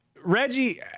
Reggie